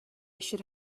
should